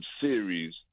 series